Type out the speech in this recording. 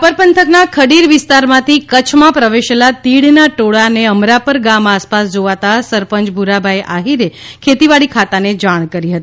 રાપર પંથકના ખડીર વિસ્તારમાંથી કચ્છમાં પ્રવેશેલા તીડના ટોળાંને અમરાપર ગામ આસપાસ જોવાતા સરપંચ ભુરાભાઈ આઠીરે ખેતીવાડી ખાતાને જાણ કરી હતી